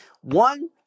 one